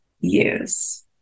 use